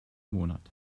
monat